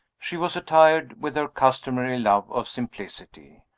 she was attired with her customary love of simplicity.